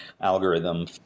algorithm